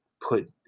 put